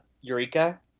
Eureka